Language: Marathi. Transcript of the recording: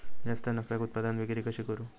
जास्त नफ्याक उत्पादन विक्री कशी करू?